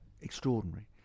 extraordinary